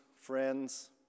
friends